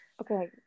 okay